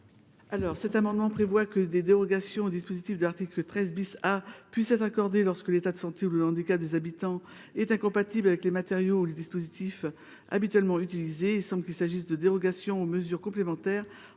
? Cet amendement a pour objet que des dérogations au dispositif de l’article 13 A puissent être accordées lorsque l’état de santé ou le handicap des habitants est incompatible avec les matériaux ou les dispositifs habituellement utilisés. Il semble qu’il s’agisse de dérogations aux mesures complémentaires